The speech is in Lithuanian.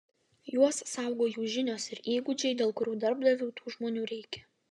juos saugo jų žinios ir įgūdžiai dėl kurių darbdaviui tų žmonių reikia